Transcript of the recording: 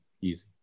Easy